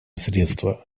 средства